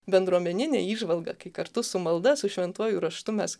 bendruomeninė įžvalga kai kartu su malda su šventuoju raštu mes